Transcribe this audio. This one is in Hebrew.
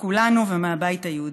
מכולנו ומהבית היהודי.